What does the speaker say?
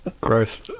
gross